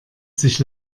sich